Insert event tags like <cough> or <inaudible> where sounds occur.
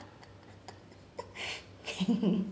<laughs>